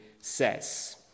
says